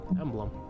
emblem